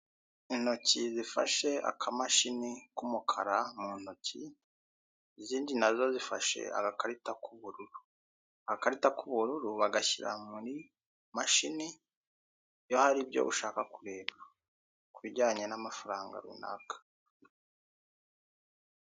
Intoki zifashe akamashini k'umukara mu ntoki, izindi nazo zifashe agakarita k'ubururu, agakarita k'ubururu bagashyira muri mashini iyo hari ibyo ushaka kureba kubi bijyanye n'amafaranga runaka.